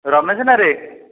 ରମେଶ ନା ରେ